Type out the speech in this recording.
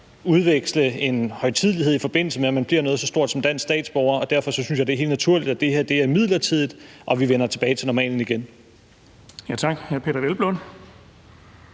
afholde en højtidelighed på, i forbindelse med at man bliver noget så stort som dansk statsborger. Derfor synes jeg, det er helt naturligt, at det her er midlertidigt, og at vi vender tilbage til normalen igen. Kl.